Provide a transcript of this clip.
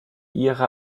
ihre